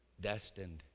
Destined